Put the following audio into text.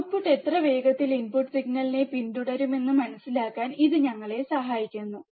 output എത്ര വേഗത്തിൽ input സിഗ്നലിനെ പിന്തുടരുമെന്ന് മനസിലാക്കാൻ ഇത് ഞങ്ങളെ സഹായിക്കുന്നു